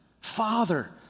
Father